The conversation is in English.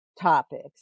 topics